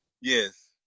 Yes